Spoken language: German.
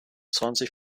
zwanzig